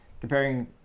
comparing